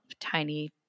Tiny